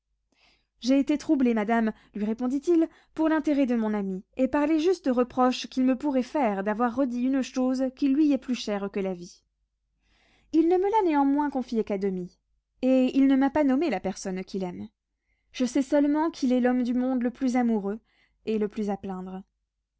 j'ai été troublé madame lui répondit-il pour l'intérêt de mon ami et par les justes reproches qu'il me pourrait faire d'avoir redit une chose qui lui est plus chère que la vie il ne me l'a néanmoins confiée qu'à demi et il ne m'a pas nommé la personne qu'il aime je sais seulement qu'il est l'homme du monde le plus amoureux et le plus à plaindre